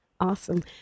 Awesome